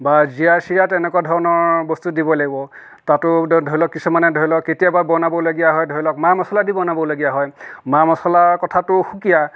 বা জিৰা চিৰা তেনেকুৱা ধৰণৰ বস্তু দিব লাগিব তাতো ধৰি লওক কিছুমানে ধৰি লওক কেতিয়াবা বনাবলগীয়া হয় ধৰি লওক মা মচলা দি বনাবলগীয়া হয় মা মচলাৰ কথাটো সুকীয়া